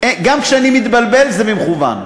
גם כשאני מתבלבל זה במכוון.